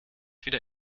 wieder